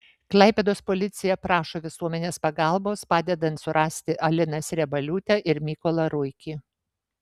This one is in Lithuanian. klaipėdos policija prašo visuomenės pagalbos padedant surasti aliną sriebaliūtę ir mykolą ruikį